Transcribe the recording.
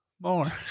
more